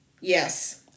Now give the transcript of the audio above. Yes